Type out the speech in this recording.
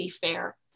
fair